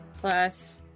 plus